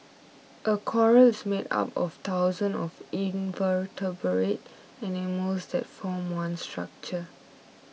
a coral is made up of thousands of invertebrate animals that form one structure